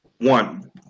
one